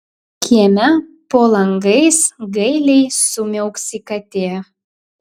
kieme po langais gailiai sumiauksi katė